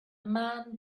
man